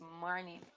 morning